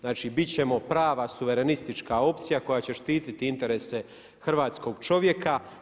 Znači bit ćemo prava suverenistička opcija koja će štititi interese hrvatskog čovjeka.